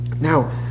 Now